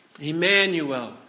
Emmanuel